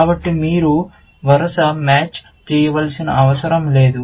కాబట్టి మీరు వరుస మ్యాచ్ చేయవలసిన అవసరం లేదు